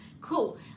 Cool